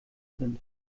sind